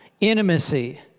intimacy